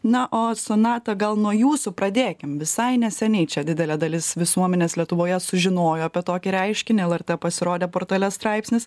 na o sonata gal nuo jūsų pradėkim visai neseniai čia didelė dalis visuomenės lietuvoje sužinojo apie tokį reiškinį lrt pasirodė portale straipsnis